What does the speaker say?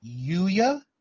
Yuya